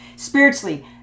spiritually